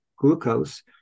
glucose